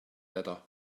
letter